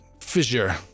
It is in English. fissure